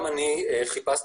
גם אני חיפשתי,